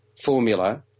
formula